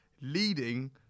leading